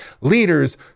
Leaders